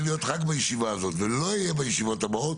להיות רק בישיבה הזאת ולא אהיה בישיבות הבאות